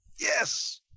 Yes